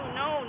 no